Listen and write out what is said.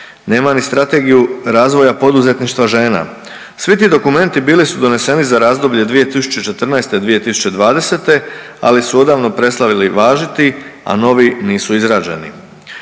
nema ni Strategiju razvoja poduzetništva žena. Svi ti dokumenti bili su doneseni za razdoblje 2014.-2020., ali su odavno prestali važiti, a novi nisu izrađeni.